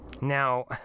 now